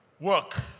Work